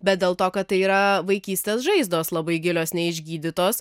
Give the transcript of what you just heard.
bet dėl to kad tai yra vaikystės žaizdos labai gilios neišgydytos